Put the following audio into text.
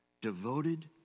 devoted